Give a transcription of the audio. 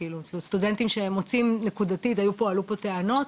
כאילו, סטודנטים שהם מוצאים נקודתית עלו פה טענות.